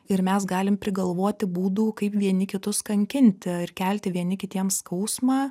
ir mes galim prigalvoti būdų kaip vieni kitus kankinti ir kelti vieni kitiem skausmą